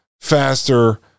faster